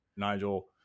Nigel